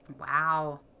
Wow